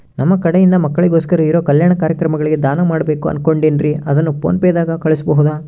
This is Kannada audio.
ನಮ್ಮ ಕಡೆಯಿಂದ ಮಕ್ಕಳಿಗೋಸ್ಕರ ಇರೋ ಕಲ್ಯಾಣ ಕಾರ್ಯಕ್ರಮಗಳಿಗೆ ದಾನ ಮಾಡಬೇಕು ಅನುಕೊಂಡಿನ್ರೇ ಅದನ್ನು ಪೋನ್ ಪೇ ದಾಗ ಕಳುಹಿಸಬಹುದಾ?